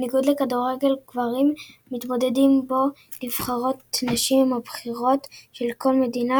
ובניגוד לכדורגל הגברים מתמודדות בו נבחרות הנשים הבכירות של כל מדינה,